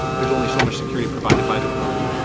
there's only so much security provided by the polling.